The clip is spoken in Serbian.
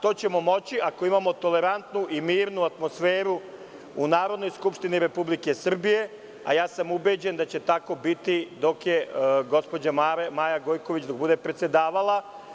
To ćemo moći ako imamo tolerantnu i mirnu atmosferu u Narodnoj skupštini Republike Srbije, a ja sam ubeđen da će tako biti dok gospođa Maja Gojković bude predsedavala.